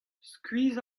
skuizh